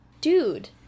dude